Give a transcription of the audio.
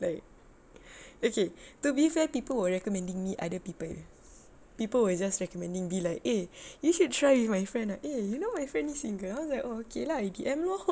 like okay to be fair people were recommending me other people people will just recommending be like eh you should try with my friend ah eh you know my friend is single I was like okay lah you D_M lor